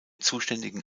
zuständigen